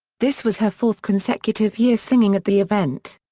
this was her fourth consecutive year singing at the event.